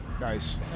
Nice